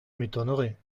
m’étonnerait